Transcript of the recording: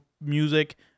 music